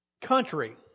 country